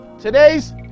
today's